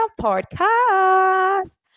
podcast